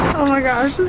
oh my gosh,